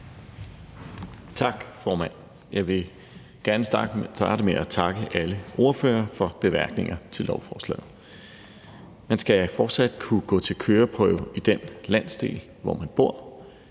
Tak, formand. Jeg vil gerne starte med at takke alle ordførerne for bemærkningerne til lovforslaget. Man skal fortsat kunne gå til køreprøve i den landsdel, hvor man bor.